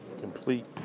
Complete